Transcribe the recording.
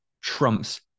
trumps